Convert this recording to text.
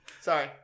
Sorry